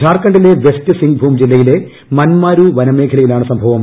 ഝാർഖണ്ഡിലെ വെസ്റ്റ് സിങ്ഭും ജില്ലയിലെ മൻമാരു വനമേഖലയിലാണ് സംഭവം